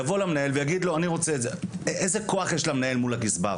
איזה כוח יש למנהל מול הגזבר?